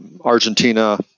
Argentina